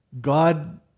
God